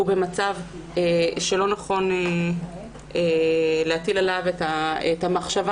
הוא במצב שלא נכון להטיל עליו את המחשבה